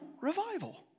revival